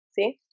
See